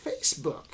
Facebook